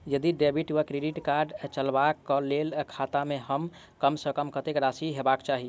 यदि डेबिट वा credit card चलबाक कऽ लेल खाता मे कम सऽ कम कत्तेक राशि हेबाक चाहि?